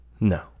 No